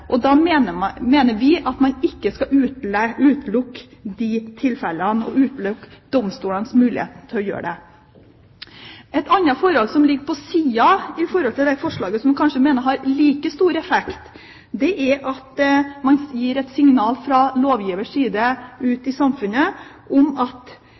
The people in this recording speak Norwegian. vi mener at man ikke skal utelukke de tilfellene og utelukke domstolenes mulighet til å gjøre det. Et annet forhold, som ligger på siden av dette forslaget, men som jeg mener kanskje har like stor effekt, er at man gir et signal fra lovgivers side ut i samfunnet om at man i større grad likebehandler foreldrene, og vi tror at